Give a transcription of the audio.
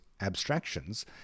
abstractions